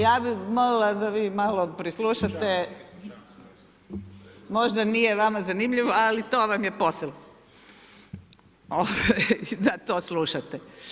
Ja bi molila da vi malo prislušate, možda nije vama zanimljivo, ali to vam je posel da to slušate.